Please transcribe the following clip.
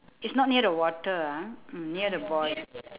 it's not near the water ah mm near the boy